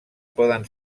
poden